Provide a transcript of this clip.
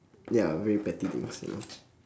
ya very petty things you know